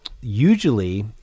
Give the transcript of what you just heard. Usually